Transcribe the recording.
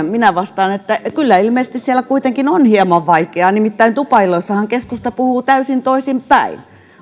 minä vastaan että kyllä ilmeisesti siellä kuitenkin on hieman vaikeaa nimittäin tupailloissahan keskusta puhuu täysin toisinpäin